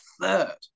third